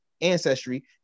ancestry